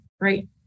Great